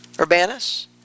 Urbanus